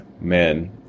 men